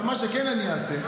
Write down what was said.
מה שאני כן אעשה,